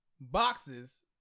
boxes